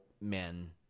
men